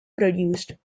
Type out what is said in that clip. produced